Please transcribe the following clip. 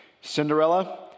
Cinderella